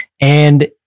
And-